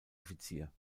offizier